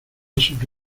sobre